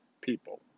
people